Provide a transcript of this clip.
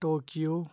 Tokyo